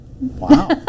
Wow